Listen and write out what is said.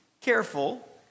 careful